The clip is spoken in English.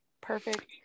perfect